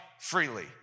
freely